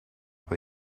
bei